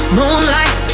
moonlight